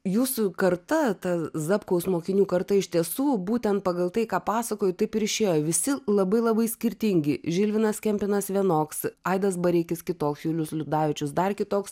jūsų karta ta zapkaus mokinių karta iš tiesų būtent pagal tai ką pasakoji taip ir išėjo visi labai labai skirtingi žilvinas kempinas vienoks aidas bareikis kitoks julius liudavičius dar kitoks